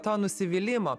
to nusivylimo